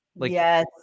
Yes